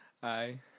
hi